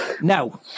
Now